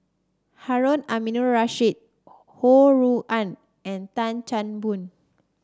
Harun Aminurrashid Ho Rui An and Tan Chan Boon